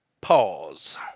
Pause